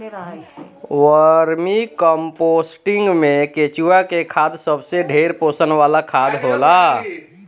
vermi composting में केचुआ के खाद सबसे ढेर पोषण वाला खाद होला